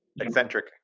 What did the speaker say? eccentric